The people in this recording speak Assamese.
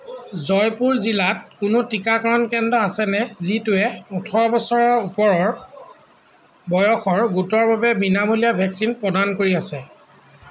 জয়পুৰ জিলাত কোনো টীকাকৰণ কেন্দ্ৰ আছেনে যিটোৱে ওঠৰ বছৰ ওপৰৰ বয়সৰ গোটৰ বাবে বিনামূলীয়া ভেকচিন প্ৰদান কৰি আছে